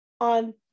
on